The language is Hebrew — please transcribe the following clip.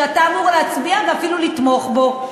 שאתה אמור להצביע ואפילו לתמוך בו.